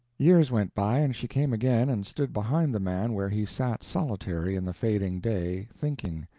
years went by and she came again, and stood behind the man where he sat solitary in the fading day, thinking.